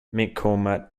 mccormack